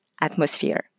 atmosphere